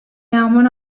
yağmur